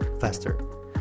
faster